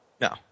No